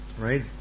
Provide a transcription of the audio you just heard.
right